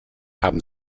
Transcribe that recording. haben